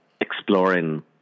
exploring